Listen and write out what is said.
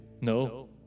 No